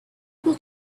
able